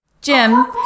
Jim